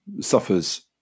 suffers